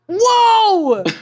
Whoa